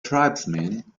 tribesmen